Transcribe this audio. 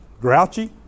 grouchy